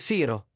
Siro